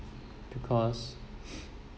because